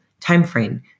timeframe